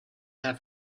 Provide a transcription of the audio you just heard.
have